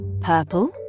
Purple